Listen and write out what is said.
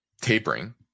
tapering